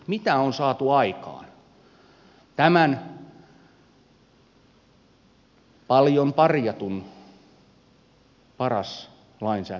mitä on saatu aikaan tämän paljon parjatun paras lainsäädännön aikana